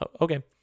Okay